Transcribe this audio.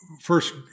first